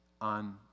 on